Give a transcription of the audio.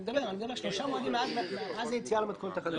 אני מדבר על שלושה מועדים מאז היציאה למתכונת החדשה.